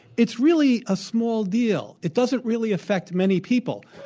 it's really a small deal. it doesn't really affect many people.